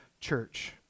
church